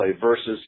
versus